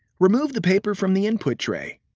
remove the paper from the input tray.